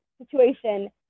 situation